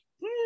no